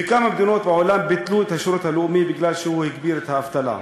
בכמה מדינות בעולם ביטלו את השירות הלאומי כי הוא הגביר את האבטלה.